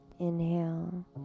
Inhale